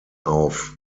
auf